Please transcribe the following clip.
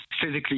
physically